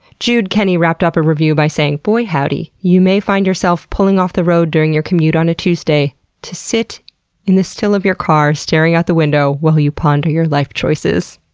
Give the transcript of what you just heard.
jude kenny wrapped up a review by saying boy howdy, you may find yourself pulling off the road during your commute on a tuesday to sit in the still of your car, staring at the window, while you ponder your life choices.